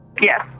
Yes